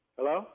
Hello